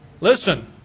Listen